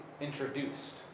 introduced